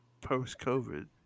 post-COVID